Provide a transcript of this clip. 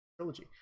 trilogy